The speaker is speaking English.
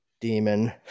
demon